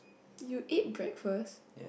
you ate breakfast